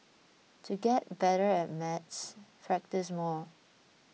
to get better at maths practise more